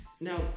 now